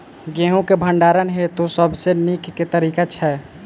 गेंहूँ केँ भण्डारण हेतु सबसँ नीक केँ तरीका छै?